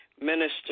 minister